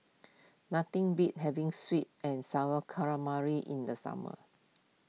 nothing beats having Sweet and Sour Calamari in the summer